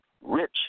rich